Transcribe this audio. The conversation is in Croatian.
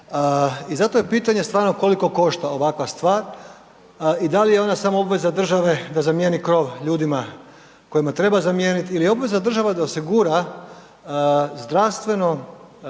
I zato je pitanje stvarno koliko košta ovakva stvar i da li je ona samo obveza države da zamijeni krov ljudima kojima treba zamijeniti ili je obveza države da osigura zdravstveno